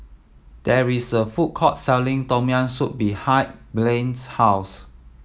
there is a food court selling Tom Yam Soup behind Blaine's house